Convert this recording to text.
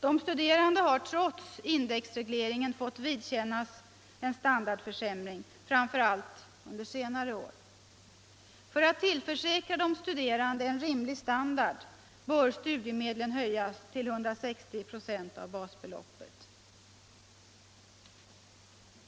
De studerande har trots indexregleringen fått vidkännas en standardförsämring framför allt under senare år. För att tillförsäkra de studerande en rimlig standard bör studiemedlen höjas till 160 96 av basbeloppet.